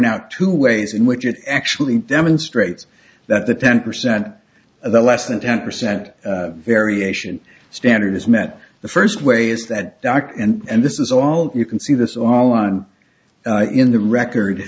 out two ways in which it actually demonstrates that the ten percent of the less than ten percent variation standard is met the first way is that doc and this is all you can see this all on in the record